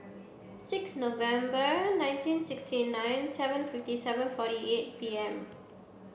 six November nineteen sixty nine seven fifty seven forty eight P M